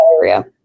area